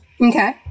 Okay